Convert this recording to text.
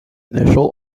initial